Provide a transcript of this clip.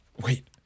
Wait